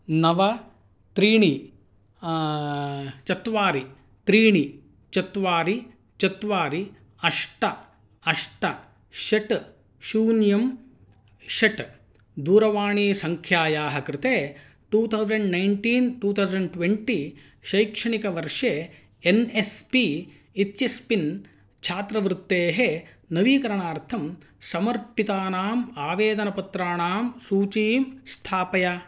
नव त्रीणि चत्वारि त्रीणि चत्वारि चत्वारि अष्ट अष्ट षट् शून्यं षट् दूरवाणीसङ्ख्यायाः कृते two thousand nineteen two thousand twenty शैक्षणिकवर्षे एन् एस् पी इत्यस्मिन् छात्रवृत्तेः नवीकरणार्थं समर्पितानाम् आवेदनपत्राणां सूचीं स्थापय